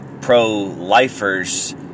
pro-lifers